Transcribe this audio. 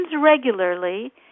regularly